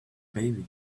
baby